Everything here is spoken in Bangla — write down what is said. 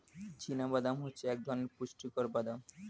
চীনা বাদাম হচ্ছে এক ধরণের পুষ্টিকর বাদাম